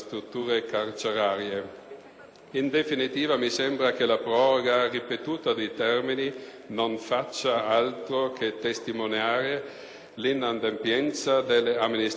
In definitiva, mi sembra che la proroga ripetuta di termini non faccia altro che testimoniare l'inadempienza delle amministrazioni: in tal modo si